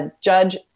Judge